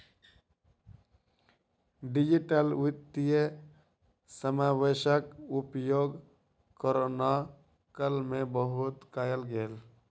digital वित्तीय समावेशक उपयोग कोरोना काल में बहुत कयल गेल